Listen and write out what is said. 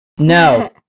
No